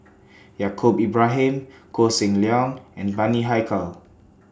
Yaacob Ibrahim Koh Seng Leong and Bani Haykal